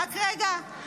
רק רגע,